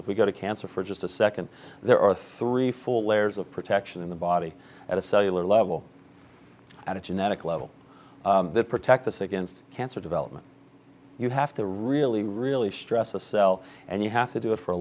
if we go to cancer for just a second there are three full layers of protection in the body at a cellular level at a genetic level they protect us against cancer development you have to really really stress a cell and you have to do it for a